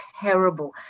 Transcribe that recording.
terrible